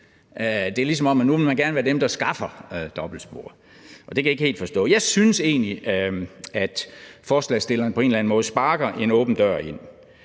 Det er, ligesom om man nu gerne vil være dem, der skaffer dobbeltsporet, og det kan jeg ikke helt forstå. Jeg synes egentlig, at forslagsstillerne på en eller anden måde sparker en åben dør ind,